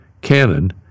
cannon